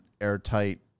airtight